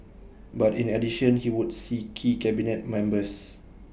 but in addition he would see key cabinet members